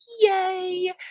Yay